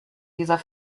dieser